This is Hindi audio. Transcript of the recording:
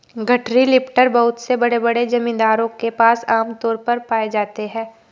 गठरी लिफ्टर बहुत से बड़े बड़े जमींदारों के पास आम तौर पर पाए जाते है